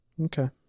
Okay